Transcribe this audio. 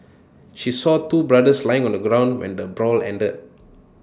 she saw two brothers lying on the ground when the brawl ended